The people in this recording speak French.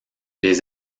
les